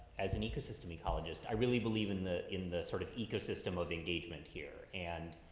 as an ecosystem ecologist, i really believe in the, in the sort of ecosystem of engagement here and,